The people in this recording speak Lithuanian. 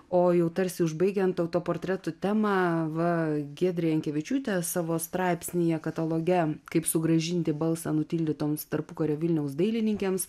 o jau tarsi užbaigiant autoportretų temąva giedrė jankevičiūtė savo straipsnyje kataloge kaip sugrąžinti balsą nutildytoms tarpukario vilniaus dailininkėms